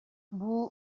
бул